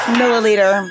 milliliter